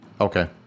okay